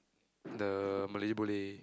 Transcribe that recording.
the Malaysia Boleh